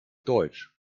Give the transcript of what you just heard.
deutsch